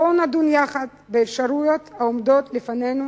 בואו נדון יחד באפשרויות העומדות לפנינו